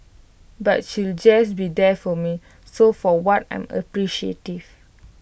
but she'll just be there for me so for what I'm appreciative